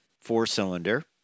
four-cylinder